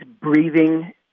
breathing